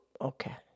Okay